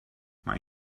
mae